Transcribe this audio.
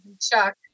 Chuck